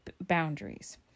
boundaries